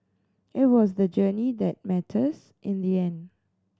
it was the journey that matters in the end